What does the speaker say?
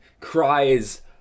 cries